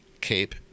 Cape